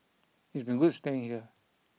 it's been good staying here